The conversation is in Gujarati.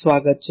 સ્વાગત છે